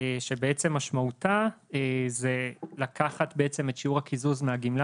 שבעצם משמעותה זה לקחת בעצם את שיעור הקיזוז מהגמלה